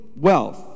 wealth